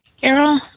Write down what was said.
Carol